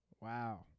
Wow